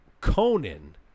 Conan